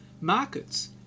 Markets